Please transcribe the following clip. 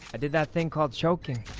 did the thing called choking